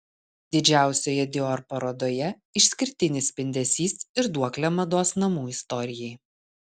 didžiausioje dior parodoje išskirtinis spindesys ir duoklė mados namų istorijai